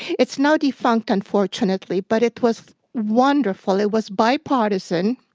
it's now defunct, unfortunately, but it was wonderful. it was bipartisan.